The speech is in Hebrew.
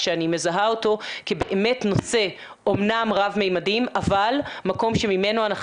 כשאני מזהה אותו כבאמת נושא אמנם רב ממדים אבל מקום שממנו אנחנו